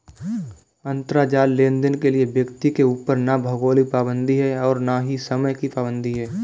अंतराजाल लेनदेन के लिए व्यक्ति के ऊपर ना भौगोलिक पाबंदी है और ना ही समय की पाबंदी है